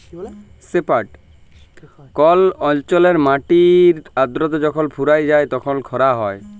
call অল্চলে মাটির আদ্রতা যখল ফুরাঁয় যায় তখল খরা হ্যয়